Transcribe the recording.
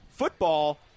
football